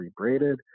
rebraided